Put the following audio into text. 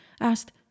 asked